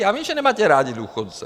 Já vím, že nemáte rádi důchodce.